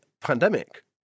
pandemic